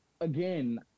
again